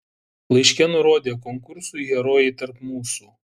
laiške nurodė konkursui herojai tarp mūsų